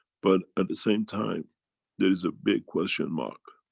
but at the same time there is a big question mark.